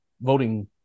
voting